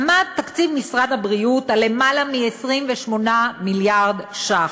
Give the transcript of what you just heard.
עמד תקציב משרד הבריאות על למעלה מ-28 מיליארד ש"ח.